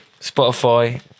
Spotify